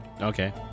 okay